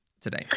today